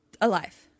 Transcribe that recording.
alive